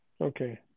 Okay